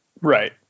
Right